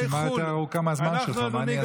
הרשימה יותר ארוכה מהזמן שלך, מה אני אעשה.